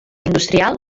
industrial